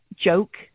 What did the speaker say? joke